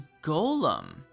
golem